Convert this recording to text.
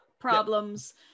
problems